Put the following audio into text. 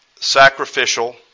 Sacrificial